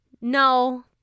no